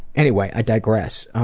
anyway, i digress.